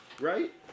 Right